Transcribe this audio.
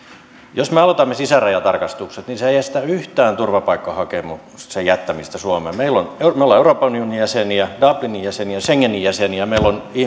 jos me aloitamme sisärajatarkastukset niin se ei estä yhtään turvapaikkahakemuksen jättämistä suomeen me olemme euroopan unionin jäseniä dublinin jäseniä schengenin jäseniä meillä on